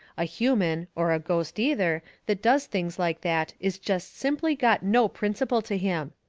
a human, or a ghost either, that does things like that is jest simply got no principle to him.